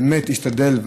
באמת השתדל,